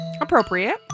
appropriate